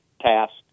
task